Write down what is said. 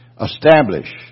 establish